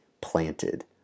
Planted